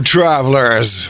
Travelers